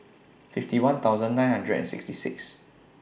fifty one thousand nine hundred and sixty six